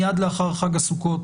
מייד לאחר חג הסוכות